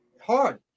hard